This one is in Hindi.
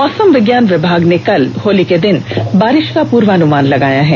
मौसम विज्ञान विभाग ने कल होली के दिन बारिश का पूर्वानमान लगाया है